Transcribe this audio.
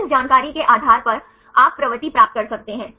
तो इस जानकारी के आधार पर आप प्रवृत्ति प्राप्त कर सकते हैं